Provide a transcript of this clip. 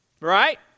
Right